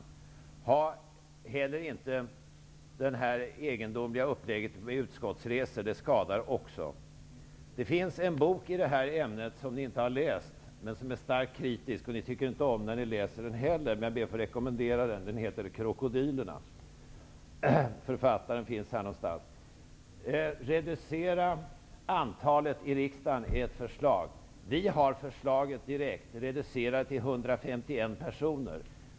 Jag anser också att man inte skall ha denna egendomliga uppläggning med utskottsresor. Även den skadar. Det finns en bok i detta ämne som ni inte har läst men som är starkt kritisk. Ni kommer inte att tycka om den när ni läser den. Men jag ber att få rekommendera den. Den heter Krokodilerna. Författaren finns här någonstans. Det finns ett förslag om att man skall reducera antalet ledamöter i riksdagen. Vi har direkt ett förslag: Reducera antalet ledamöter till 151.